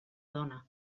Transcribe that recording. dona